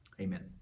Amen